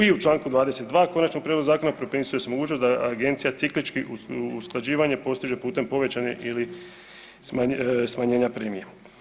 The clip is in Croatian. I u čl. 22 konačnog prijedloga zakona propisuje se mogućnost da agencija ciklički usklađivanje postiže putem povećane ili smanjenja premija.